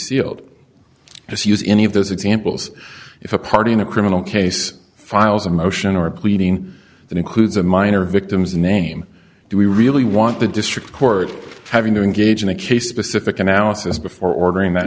sealed just use any of those examples if a party in a criminal case files a motion or pleading that includes a minor victim's name do we really want the district court having to engage in a case specific analysis before ordering that